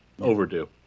Overdue